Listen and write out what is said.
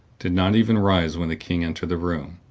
did not even rise when the king entered the room.